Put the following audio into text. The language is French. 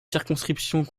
circonscriptions